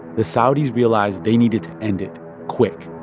the saudis realized they needed to end it quick.